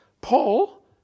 Paul